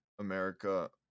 america